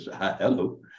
Hello